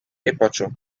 aperture